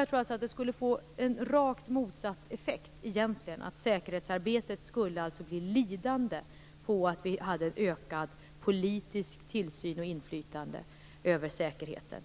Jag tror alltså att det skulle få rakt motsatt effekt - säkerhetsarbetet skulle bli lidande av att vi hade en ökad politisk tillsyn och ett ökat politiskt inflytande över säkerheten.